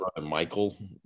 michael